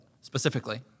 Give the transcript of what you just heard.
specifically